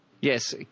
Yes